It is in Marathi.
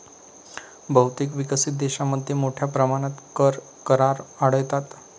बहुतेक विकसित देशांमध्ये मोठ्या प्रमाणात कर करार आढळतात